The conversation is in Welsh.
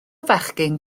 fechgyn